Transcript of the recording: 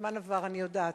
הזמן עבר, אני יודעת,